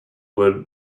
wood